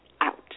out